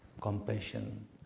compassion